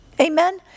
Amen